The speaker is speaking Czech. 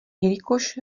jelikož